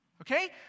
Okay